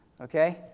Okay